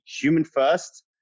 human-first